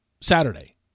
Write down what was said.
Saturday